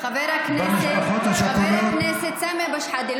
חבר הכנסת סמי אבו שחאדה,